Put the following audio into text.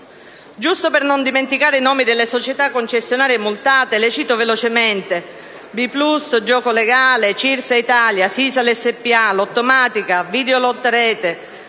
Giusto per non dimenticare i nomi delle società concessionarie multate, le cito velocemente: